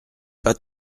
pas